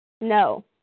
No